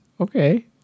okay